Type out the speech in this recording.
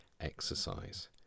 exercise